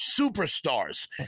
superstars